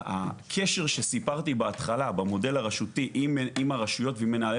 הקשר שסיפרתי בהתחלה במודל הרשותי עם הרשויות ומנהלי